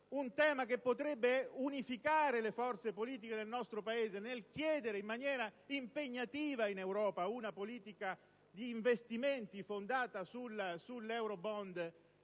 per cercare di unificare le forze politiche del nostro Paese nel chiedere in maniera impegnativa in Europa una politica di investimenti fondata sugli euro-bond,